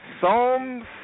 Psalms